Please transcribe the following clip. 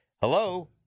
hello